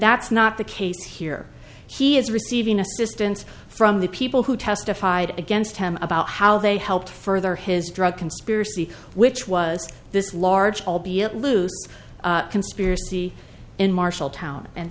that's not the case here he is receiving assistance from the people who testified against him about how they helped further his drug conspiracy which was this large albeit loose conspiracy in marshalltown and